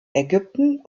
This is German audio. ägypten